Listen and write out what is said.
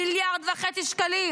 1.5 מיליארד שקלים.